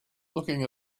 looking